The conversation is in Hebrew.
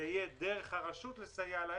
זה יהיה דרך הרשות לסייע לעסק.